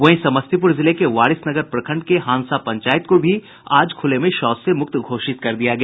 वहीं समस्तीपूर जिले के वारिसनगर प्रखंड के हानसा पंचायत को भी आज खुले में शौच से मुक्त घोषित कर दिया गया